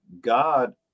God